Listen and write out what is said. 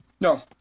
No